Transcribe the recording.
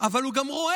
אבל הוא רואה.